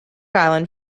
island